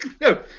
No